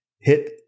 hit